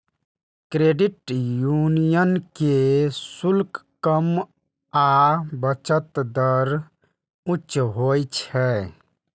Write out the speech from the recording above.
credit union के शुल्क कम आ बचत दर उच्च होइ छै